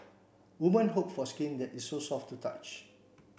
women hope for skin that is soft to the touch